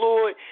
Lord